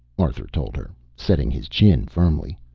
arthur told her, setting his chin firmly.